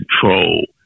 control